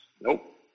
Nope